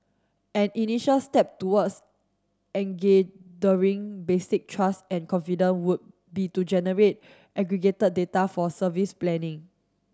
an initial step towards basic trust and confidence would be to generate aggregated data for service planning